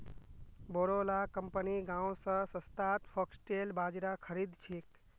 बोरो ला कंपनि गांव स सस्तात फॉक्सटेल बाजरा खरीद छेक